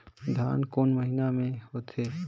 धान कोन महीना मे होथे?